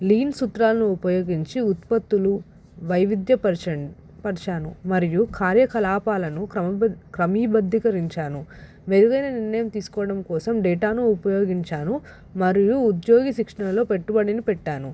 lean సూత్రాలను ఉపయోగించి ఉత్పత్తులు వైవిధ్యపరిచ పరిచాను మరియు కార్యకలాపాలను క్రమబ క్రమబద్ధీకరించాను మెరుగైన నిర్ణయం తీసుకోవడం కోసం డేటాను ఉపయోగించాను మరియు ఉద్యోగి శిక్షణలో పెట్టుబడిని పెట్టాను